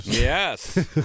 Yes